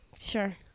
sure